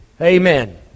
Amen